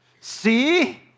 See